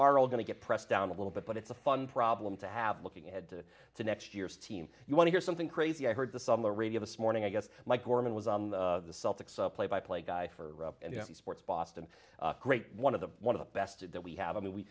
are all going to get press down a little bit but it's a fun problem to have looking ahead to next year's team you wanna hear something crazy i heard this on the radio this morning i guess like gorman was on the celtics a play by play guy for the sports boston great one of the one of the best that we have i mean we